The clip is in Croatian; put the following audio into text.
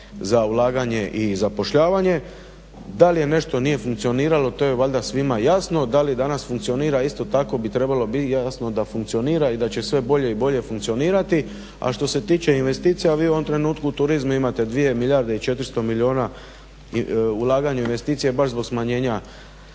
za ulaganje i zapošljavanje. Da li nešto nije funkcioniralo to je valjda svima jasno, da li danas funkcionira, isto tako bi trebalo biti jasno da funkcionira i da će sve bolje i bolje funkcionirati. A što se tiče investicija, vi u ovom trenutku u turizmu imate 2 milijarde i 400 milijuna, ulaganje u investicije baš zbog smanjenja